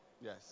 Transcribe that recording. Yes